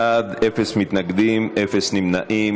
40 בעד, אפס מתנגדים, אפס נמנעים.